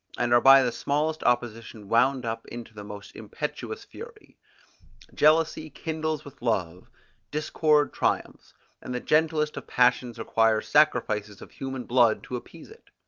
and are by the smallest opposition wound up into the most impetuous fury jealousy kindles with love discord triumphs and the gentlest of passions requires sacrifices of human blood to appease it.